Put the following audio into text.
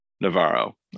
Navarro